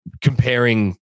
comparing